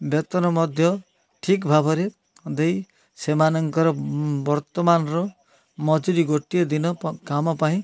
ବେତନ ମଧ୍ୟ ଠିକ୍ ଭାବରେ ଦେଇ ସେମାନଙ୍କର ବର୍ତ୍ତମାନର ମଜୁରି ଗୋଟିଏ ଦିନ କାମପାଇଁ